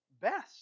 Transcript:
best